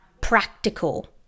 practical